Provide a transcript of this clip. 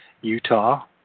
Utah